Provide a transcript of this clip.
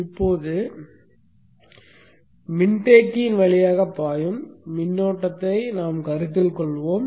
இப்போது மின்தேக்கியின் வழியாக பாயும் மின்னோட்டத்தைக் கருத்தில் கொள்வோம்